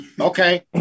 okay